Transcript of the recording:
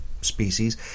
species